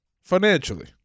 Financially